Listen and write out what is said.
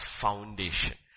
foundation